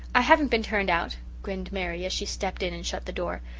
i haven't been turned out grinned mary, as she stepped in and shut the door.